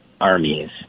armies